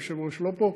היושב-ראש לא פה.